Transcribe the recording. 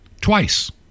twice